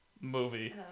movie